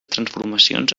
transformacions